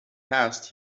passed